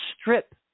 strip